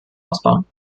ausbauen